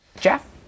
Jeff